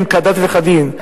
זה כדת וכדין,